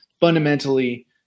fundamentally